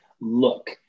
look